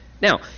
Now